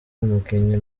umukinnyi